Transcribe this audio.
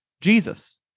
Jesus